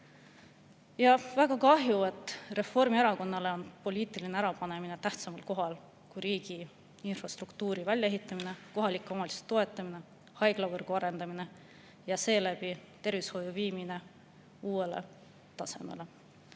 Väga kahju, et Reformierakonnale on poliitiline ärapanemine tähtsamal kohal kui riigi infrastruktuuri väljaehitamine, kohalike omavalitsuste toetamine, haiglavõrgu arendamine ja seeläbi tervishoiu viimine uuele tasemele.